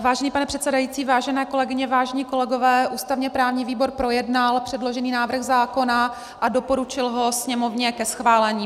Vážený pane předsedající, vážené kolegyně, vážení kolegové, ústavněprávní výbor projednal předložený návrh zákona a doporučil ho Sněmovně ke schválení.